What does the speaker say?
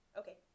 okay